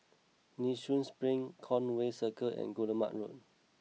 Nee Soon Spring Conway Circle and Guillemard Road